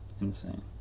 insane